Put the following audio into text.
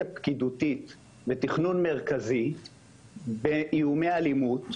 פקידותית ותכנון מרכזי באיומי אלימות,